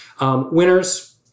Winners